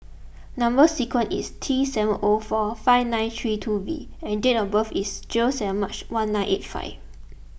Number Sequence is T seven O four five nine three two V and date of birth is zero seven March one nine eight five